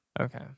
Okay